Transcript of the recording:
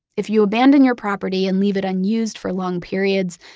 if you abandon your property and leave it unused for long periods,